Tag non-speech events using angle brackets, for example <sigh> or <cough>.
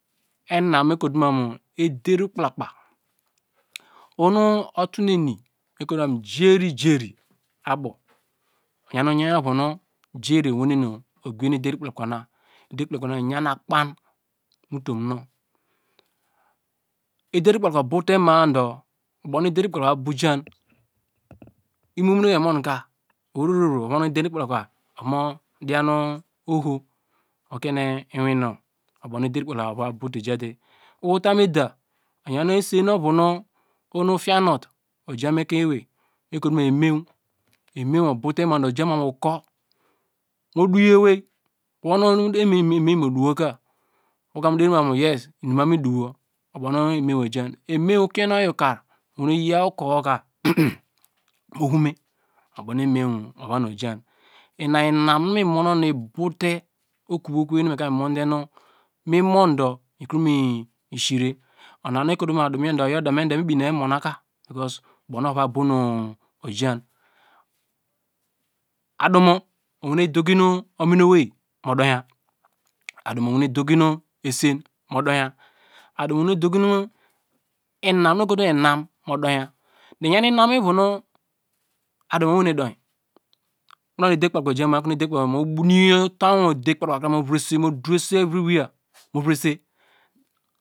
Enam mekotumanu ederkplakpa oho nu utune ni mekoto ma mu jerijeri abow iyan oyaw ovonu jeri owene ogbiye nu ederkplakpa na ederkplakpa na oyan akan mu utum nu ederkplakpa abowte madu ubow nu ederkplakpa ova bow jan imomina emoka owei vro ovon ederkplaka ovu moi dian ohor mu kiene iwom nu oyo ubow ederkplakpa ova bow nu jate otamu eda oyan esen oyono ohonu fiya not mu ekein ewei mekutu mamu emany emany obowte madu ojeite mamu ukur mu dowo ewei wonu emany mu dowoka woka mu deri manu yes, mum abow miduwo oyi bonu emany ojan emany okienu oyi okar mu yor ukor woka <noise> mu hume mubow nu emany ovanu ojan ina inam nu mi mon okonu ibowte mi mondu mikre mi sire una me koto ma mu adumoyor du oyodu me ka mi bune okonu me me monda ka obownu ova bownu jan adume owe dukino uwinowei mu doya adumo owene doki esen mudoya adumo owene doki esen mudoya adumo owene dokinu enam no ekotom enam muduya ijan inam ivenu adumo owene du okonu ederkplaka oja ma mu boniye utam ederkplakpa mu vrese.